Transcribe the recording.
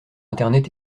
internet